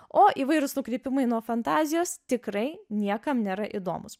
o įvairūs nukrypimai nuo fantazijos tikrai niekam nėra įdomūs